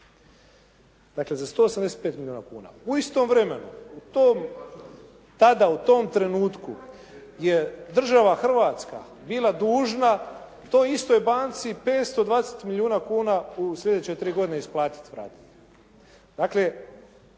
banku za 185 milijuna kuna. U istom vremenu tada u tom trenutku je država Hrvatska bila dužna toj istoj banci 520 milijuna kuna u slijedeće tri godine isplatiti, vratiti.